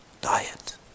diet